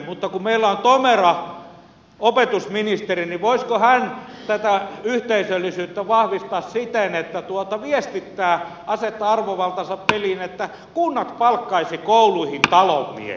mutta kun meillä on tomera opetusministeri niin voisiko hän tätä yhteisöllisyyttä vahvistaa siten että viestittää asettaa arvovaltansa peliin että kunnat palkkaisivat kouluihin talonmiehiä